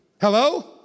Hello